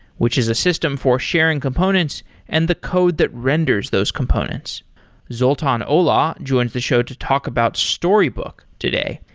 which is a system for sharing components and the code that renders those components zoltan olah joins the show to talk about storybook today.